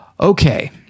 okay